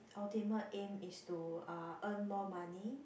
ultimate aim is to uh earn more money